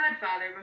Godfather